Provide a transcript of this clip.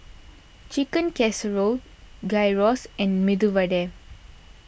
Chicken Casserole Gyros and Medu Vada